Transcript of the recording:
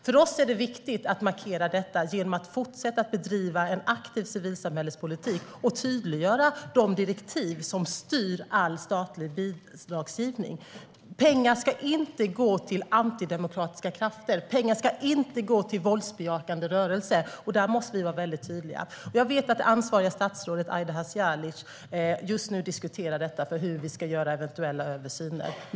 För oss är det viktigt att markera detta genom att fortsätta bedriva en aktiv civilsamhällespolitik och tydliggöra de direktiv som styr all statlig bidragsgivning. Pengar ska inte gå till antidemokratiska krafter. Pengar ska inte gå till våldsbejakande rörelser. Där måste vi vara väldigt tydliga. Jag vet att det ansvariga statsrådet Aida Hadzialic just nu diskuterar hur vi ska göra eventuella översyner.